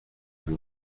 buri